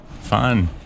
Fun